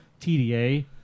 TDA